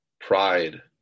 pride